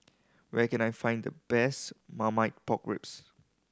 where can I find the best Marmite Pork Ribs